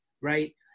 right